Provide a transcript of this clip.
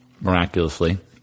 miraculously